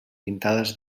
pintades